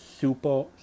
super